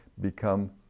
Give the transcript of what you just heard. become